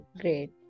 great